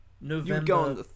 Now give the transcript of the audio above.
November